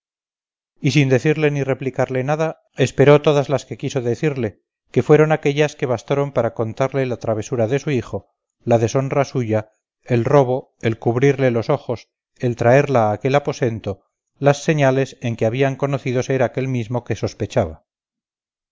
y sin decirle ni replicarle palabra esperó todas las que quiso decirle que fueron aquellas que bastaron para contarle la travesura de su hijo la deshonra suya el robo el cubrirle los ojos el traerla a aquel aposento las señales en que había conocido ser aquel mismo que sospechaba